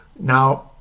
Now